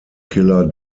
killer